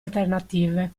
alternative